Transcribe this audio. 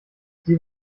sie